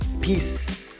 Peace